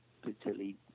particularly